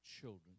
children